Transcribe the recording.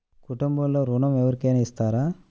కుటుంబంలో ఋణం ఎవరికైనా ఇస్తారా?